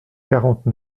quarante